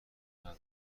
ندارم